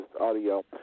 audio